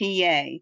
PA